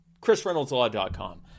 ChrisReynoldsLaw.com